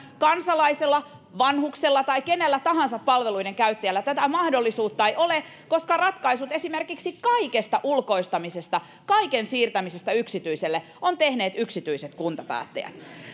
kansalaisella vanhuksella tai kenellä tahansa palveluiden käyttäjällä tätä mahdollisuutta ei ole koska ratkaisut esimerkiksi kaikesta ulkoistamisesta kaiken siirtämisestä yksityiselle ovat tehneet yksityiset kuntapäättäjät